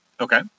Okay